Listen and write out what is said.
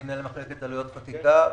אני מנהל מחלקת עלויות חקיקה ברשות.